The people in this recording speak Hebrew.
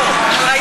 לא, לא.